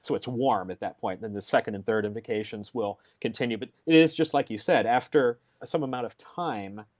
so it's warm at that point. then the second and third indications will continue. it but is just like you said, after some amount of time,